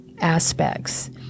aspects